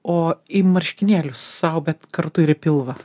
o į marškinėlius sau bet kartu ir į pilvą